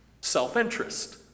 Self-interest